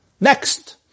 Next